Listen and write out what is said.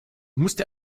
musste